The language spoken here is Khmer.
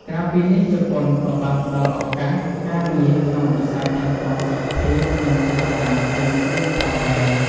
ក្រៅពីនេះ ជប៉ុនក៏បានផ្ដល់ឱកាសការងារក្នុងវិស័យថែទាំសុខភាព និងសេវាកម្មផ្សេងទៀតផងដែរ ។